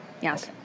yes